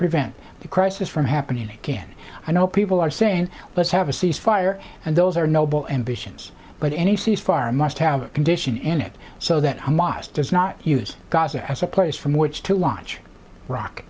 prevent the crisis from happening again i know people are saying let's have a cease fire and those are noble ambitions but any cease fire must have a condition in it so that hamas does not use gaza as a place from which to launch rock